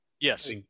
yes